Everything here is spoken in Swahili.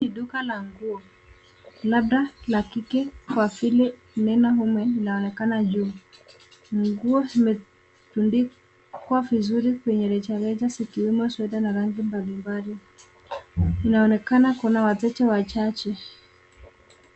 Hii ni duka la nguo, labda la kike kwa vile neno women linaonekana juu. Nguo zimetundikwa vizuri kwenye rejareja zikiwemo sweta za rangi mbalimbali. Inaonekana kuna wateja wachache.